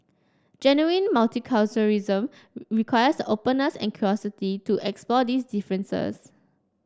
genuine multiculturalism requires openness and curiosity to explore these differences